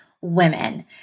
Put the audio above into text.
women